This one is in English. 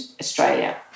Australia